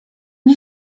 nie